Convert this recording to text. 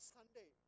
Sunday